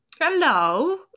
Hello